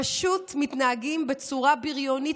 פשוט מתנהגים בצורה בריונית,